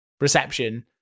reception